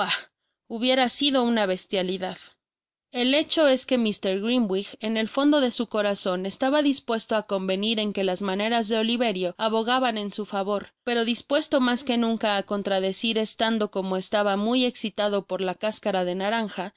hubiera sido una bestialidad el hecho os que mr ítrimwig en el fondo de su corazon estaba dispuesto á convenir en que las maneras de oliverio abogaban en su favor pero dispuesto mas que nunca á contradecir estando como estaba muy exitado por la cascara de naranja y